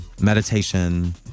meditation